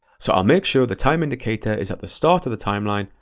so i'll make sure the time indicator is at the start of the timeline,